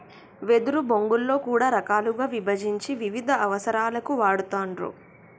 వెదురు బొంగులో కూడా రకాలుగా విభజించి వివిధ అవసరాలకు వాడుతూండ్లు